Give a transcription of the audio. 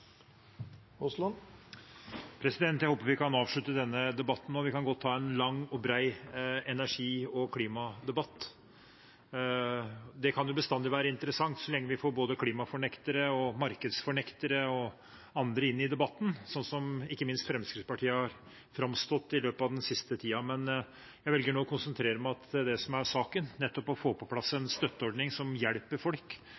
brei energi- og klimadebatt. Det kan bestandig være interessant så lenge vi får både klimafornektere, markedsfornektere og andre inn i debatten – som ikke minst Fremskrittspartiet har framstått som i løpet av den siste tiden. Men jeg velger nå å konsentrere meg om det som er saken, nettopp å få på plass en støtteordning som hjelper folk